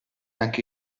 anche